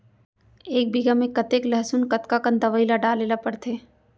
एक बीघा में कतेक लहसुन कतका कन दवई ल डाले ल पड़थे?